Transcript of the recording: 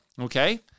Okay